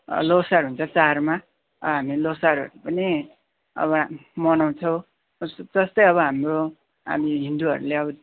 ल्होसार हुन्छ चाडमा हामी ल्होसारहरू पनि अब मनाउँछौँ जस जस्तै अब हाम्रो हामी हिन्दूहरूले अब